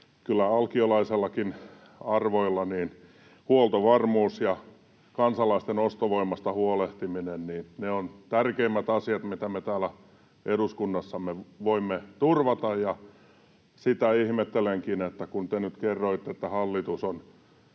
kyllä alkiolaisillakin arvoilla huoltovarmuus ja kansalaisten ostovoimasta huolehtiminen ovat tärkeimmät asiat, mitä me täällä eduskunnassamme voimme turvata. Ja sitä ihmettelenkin, kun te nyt kerroitte, että hallitus on